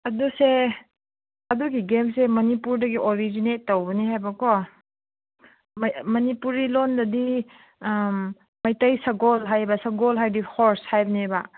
ꯑꯗꯨꯁꯦ ꯑꯗꯨꯒꯤ ꯒꯦꯝꯁꯦ ꯃꯅꯤꯄꯨꯔꯗꯒꯤ ꯑꯣꯔꯤꯖꯤꯅꯦꯠ ꯇꯧꯕꯅꯤ ꯍꯥꯏꯕꯀꯣ ꯃꯅꯤꯄꯨꯔꯤ ꯂꯣꯟꯗꯗꯤ ꯃꯩꯇꯩ ꯁꯒꯣꯜ ꯍꯥꯏꯕ ꯁꯒꯣꯜ ꯍꯥꯏꯗꯤ ꯍꯣꯔꯁ ꯍꯥꯏꯕꯅꯦꯕ